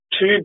two